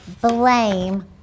blame